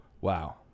wow